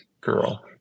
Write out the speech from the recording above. girl